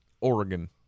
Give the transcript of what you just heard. oregon